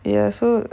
ya so